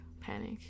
panic